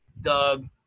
Doug